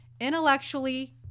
Intellectually